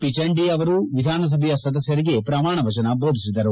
ಚಿಚಂಡಿ ಅವರು ವಿಧಾನಸಭೆಯ ಸದಸ್ದರಿಗೆ ಪ್ರಮಾಣ ವಚನ ಬೋಧಿಸಿದರು